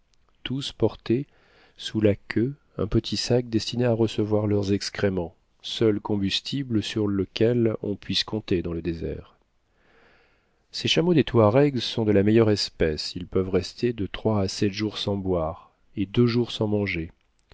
tous portaient sous la queue un petit sac destiné à recevoir leurs excréments seul combustible sur lequel on puisse compter dans le désert ces chameaux des touaregs sont de la meilleure espèce ils peuvent rester de trois à sept jours sans boire et deux jours sans manger